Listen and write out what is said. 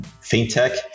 fintech